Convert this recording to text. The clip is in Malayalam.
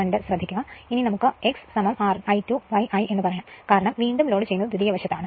അതിനാൽ ഇപ്പോൾ നമുക്ക് x I2 I എന്ന് പറയാം കാരണം വീണ്ടും ലോഡുചെയ്യുന്നത് ദ്വിതീയ വശത്താണ്